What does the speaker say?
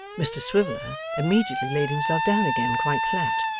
mr swiveller immediately laid himself down again quite flat,